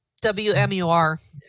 WMUR